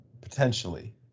potentially